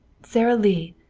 sara lee,